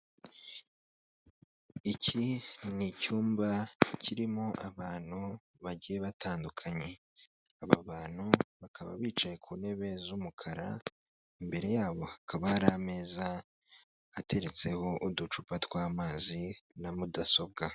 Iki ni icyumba kirimo abantu bagiye batandukanye, aba bantu bakaba bicaye ku ntebe z'umukara, imbere yabo hakaba hari ameza ateretseho uducupa tw'amazi na mudasobwa.